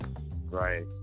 Right